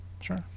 Sure